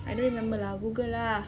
I don't remember lah Google lah